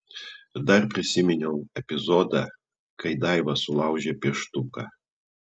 dar prisiminiau epizodą kai daiva sulaužė pieštuką